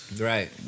Right